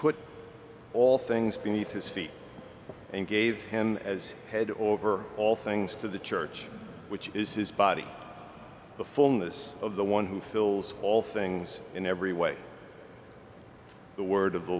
put all things beneath his feet and gave him as head over all things to the church which is his body the fullness of the one who fills all things in every way the word of the